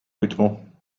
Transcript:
whittemore